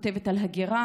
כותבת על הגירה,